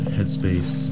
Headspace